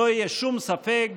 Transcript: שלא יהיה שום ספק,